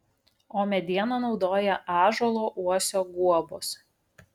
o medieną naudoja ąžuolo uosio guobos